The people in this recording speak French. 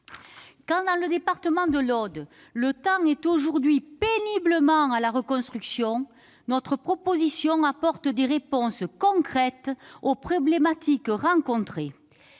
Quand, dans le département de l'Aude, le temps est aujourd'hui péniblement à la reconstruction, notre proposition apporte des réponses concrètes aux problématiques rencontrées.